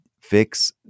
fix